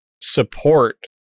support